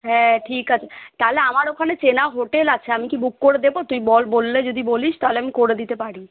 হ্যাঁ ঠিক আছে তাহলে আমার ওখানে চেনা হোটেল আছে আমি কি বুক করে দেবো তুই বল বললে যদি বলিস তাহলে আমি করে দিতে পারি